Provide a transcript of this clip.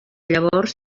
llavors